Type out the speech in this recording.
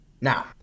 Now